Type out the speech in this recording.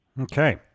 Okay